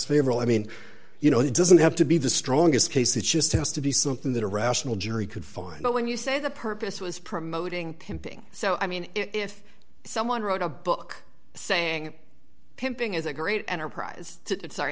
favorable i mean you know it doesn't have to be the strongest case it just has to be something that a rational jury could find but when you say the purpose was promoting pimping so i mean if someone wrote a book saying pimping is a great enterprise